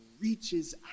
reaches